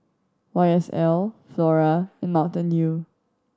Y S L Flora and Mountain Dew